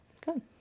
Good